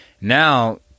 Now